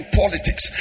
politics